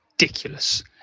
ridiculous